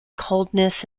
coldness